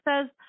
says